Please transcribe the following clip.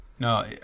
No